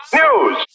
news